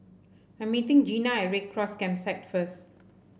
I'm meeting Gina at Red Cross Campsite first